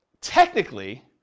technically